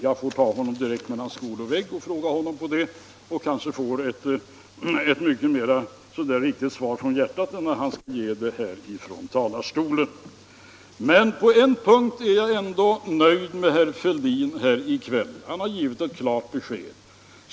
Jag får ta honom direkt mellan skål och vägg och fråga honom om det, och kanske får jag ett svar som kommer mycket mer från hjärtat än om han skulle ge svaret här från talarstolen. På en annan punkt är jag ändå nöjd med herr Fälldin här i kväll. Han har givit ett klart besked.